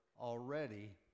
already